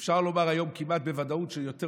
אפשר לומר היום כמעט בוודאות שיותר